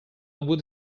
would